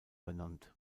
benannt